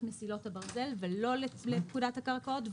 מסילות הברזל ולא לפקודת הקרקעות,